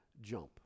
jump